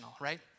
right